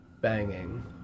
banging